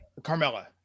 Carmella